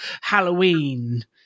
Halloween